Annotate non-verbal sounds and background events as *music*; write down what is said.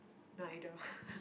neither *breath*